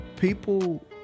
People